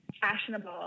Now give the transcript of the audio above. fashionable